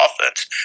offense